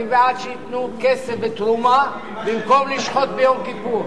אני בעד שייתנו כסף ותרומה במקום לשחוט ביום כיפור.